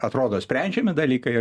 atrodo sprendžiami dalykai